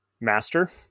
master